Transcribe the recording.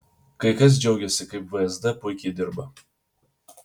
kai kas džiaugėsi kaip vsd puikiai dirba